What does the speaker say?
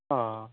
অ'